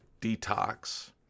detox